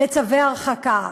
לצווי הרחקה.